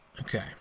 Okay